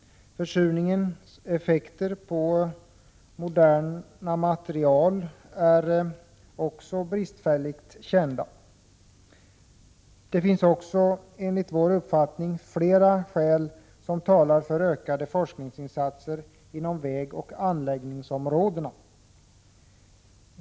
Försurningens effekter på moderna material är bristfälligt kända. Enligt vår uppfattning finns det flera skäl som talar för ökade forskningsinsatser inom vägoch anläggningsområdena.